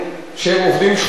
בנאים שהם עובדים שחורים.